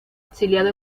exiliado